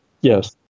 Yes